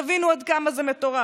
תבינו עד כמה זה מטורף,